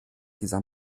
dieser